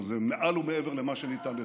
אבל זה מעל ומעבר למה שניתן לתאר.